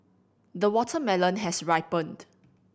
the watermelon has ripened